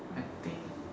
I think